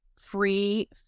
free